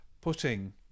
putting